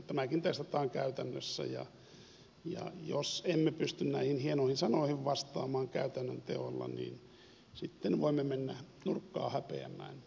tämäkin testataan käytännössä ja jos emme pysty näihin hienoihin sanoihin vastaamaan käytännön teoilla niin sitten voimme mennä nurkkaan häpeämään myöhemmin